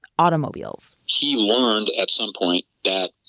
automobiles he learned at some point that